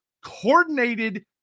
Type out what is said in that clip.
coordinated